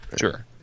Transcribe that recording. Sure